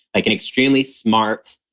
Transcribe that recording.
like an extremely smart,